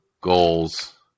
goals